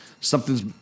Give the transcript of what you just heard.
something's